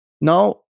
Now